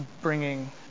bringing